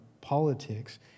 politics